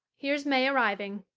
here's may arriving,